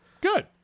Good